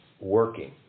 working